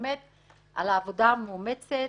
על העבודה המאומצת.